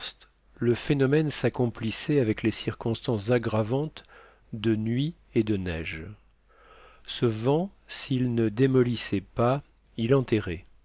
le phénomène s'accomplissait avec les circonstances aggravantes de nuit et de neige ce vent s'il ne démolissait pas il enterrait